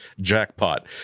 jackpot